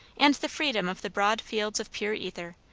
and the freedom of the broad fields of pure ether,